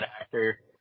actor